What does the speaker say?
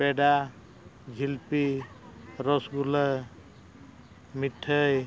ᱯᱮᱰᱟ ᱡᱷᱤᱞᱯᱤ ᱨᱚᱥᱜᱩᱞᱞᱳ ᱢᱤᱴᱷᱟᱹᱭ